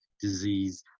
disease